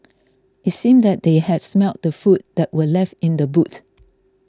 it seemed that they had smelt the food that were left in the boot